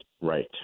right